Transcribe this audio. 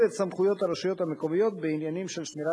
את סמכויות הרשויות המקומיות בעניינים של שמירה,